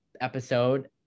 episode